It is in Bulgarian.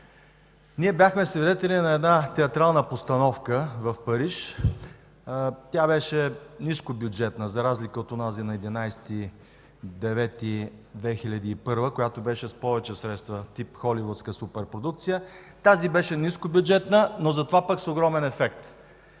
Ние бяхме свидетели на една театрална постановка в Париж. Тя беше ниско бюджетна за разлика от онази на 11.09.2001 г., която беше с повече средства – тип холивудска супер продукция. Тази беше ниско бюджетна, но затова пък с огромен ефект.